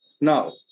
Now